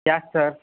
ಯಾಕೆ ಸರ್